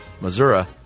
missouri